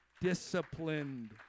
Disciplined